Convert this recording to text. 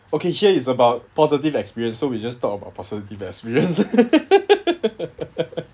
okay here is about positive experience so we just talk about positive experience